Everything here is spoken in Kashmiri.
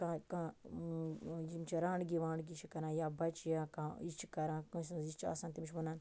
اگر کانٛہہ کانٛہہ یِم چھِ رانٛڈگی وانٛڈگی چھِ کَران یا بچہِ یا کانٛہہ یہِ چھِ کَران کٲنٛسہِ ہٕنٛز یہِ چھِ آسان تٔمِس چھِ وَنان